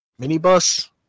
minibus